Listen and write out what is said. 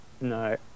No